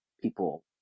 people